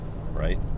right